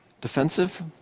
defensive